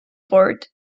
board